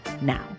now